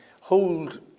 hold